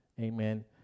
amen